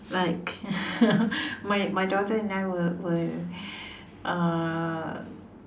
like my my daughter and I will will uh